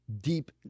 deep